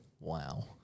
Wow